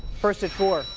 first at four,